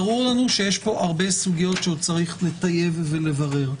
ברור לנו שיש פה עוד הרבה סוגיות שצריך לטייב ולברר.